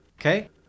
Okay